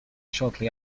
shortly